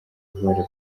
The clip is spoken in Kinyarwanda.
d’ivoire